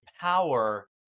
power